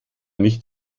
nicht